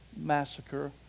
massacre